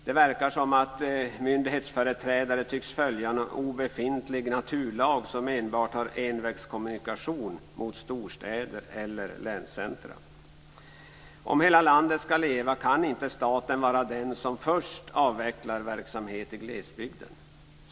Det verkar som om myndighetsföreträdare tycks följa någon obefintlig naturlag som enbart har envägskommunikation med storstäder eller länscentrum. Om hela landet ska leva kan inte staten vara den som först avvecklar verksamheter i glesbygden.